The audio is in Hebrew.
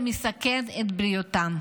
ומסכן את בריאותם.